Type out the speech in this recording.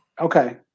Okay